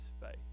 faith